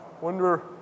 wonder